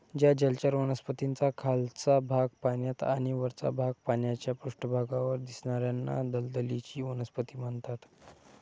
ज्या जलचर वनस्पतींचा खालचा भाग पाण्यात आणि वरचा भाग पाण्याच्या पृष्ठभागावर दिसणार्याना दलदलीची वनस्पती म्हणतात